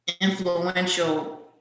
influential